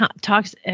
talks